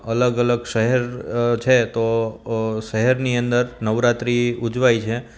અલગ અલગ શહેર છે તો શહેરની અંદર નવરાત્રી ઉજવાય છે